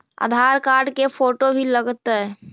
आधार card के photo भी लग तै?